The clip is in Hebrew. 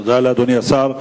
תודה לאדוני השר.